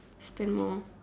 stand more